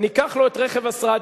ניקח לו את רכב השרד,